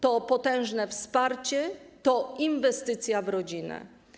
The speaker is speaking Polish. To potężne wsparcie, to inwestycja w rodzinę.